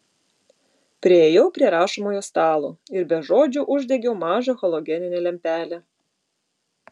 priėjau prie rašomojo stalo ir be žodžių uždegiau mažą halogeninę lempelę